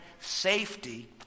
safety